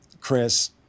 Chris